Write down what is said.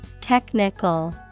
Technical